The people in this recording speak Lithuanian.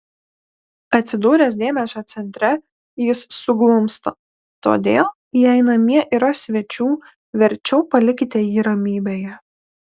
atsidūręs dėmesio centre jis suglumsta todėl jei namie yra svečių verčiau palikite jį ramybėje